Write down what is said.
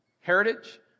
heritage